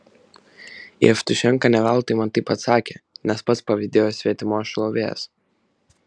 jevtušenka ne veltui man taip atsakė nes pats pavydėjo svetimos šlovės